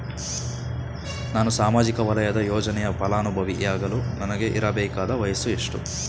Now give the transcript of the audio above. ನಾನು ಸಾಮಾಜಿಕ ವಲಯದ ಯೋಜನೆಯ ಫಲಾನುಭವಿ ಯಾಗಲು ನನಗೆ ಇರಬೇಕಾದ ವಯಸ್ಸು ಎಷ್ಟು?